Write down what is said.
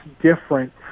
different